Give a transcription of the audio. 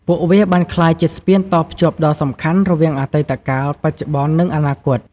ពួកវាបានក្លាយជាស្ពានតភ្ជាប់ដ៏សំខាន់រវាងអតីតកាល បច្ចុប្បន្ន និងអនាគត។